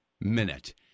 minute